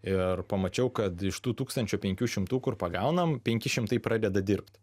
ir pamačiau kad iš tų tūkstančio penkių šimtų kur pagaunam penki šimtai pradeda dirbt